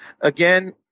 Again